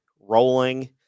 rolling